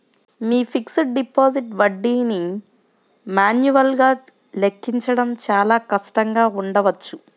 మీ fixed deposit వడ్డీని మాన్యువల్గా లెక్కించడం చాలా కష్టంగా ఉండవచ్చు